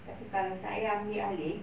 tapi kalau saya ambil alih